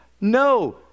No